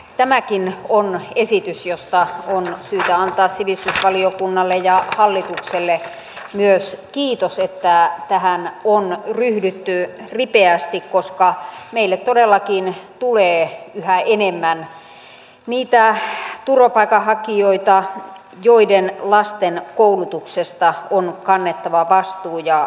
tämäkin on esitys josta on syytä antaa sivistysvaliokunnalle ja hallitukselle myös kiitos että tähän on ryhdytty ripeästi koska meille todellakin tulee yhä enemmän niitä turvapaikanhakijoita joiden lasten koulutuksesta on kannettava vastuu ja joista on huolehdittava